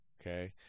okay